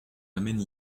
amène